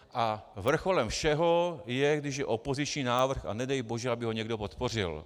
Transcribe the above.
A vrcholem všeho je, když je opoziční návrh, a nedej bože, aby ho někdo podpořil.